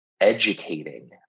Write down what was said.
educating